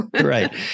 Right